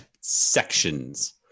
sections